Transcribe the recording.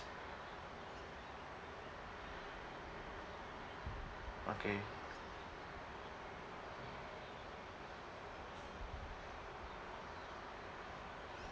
okay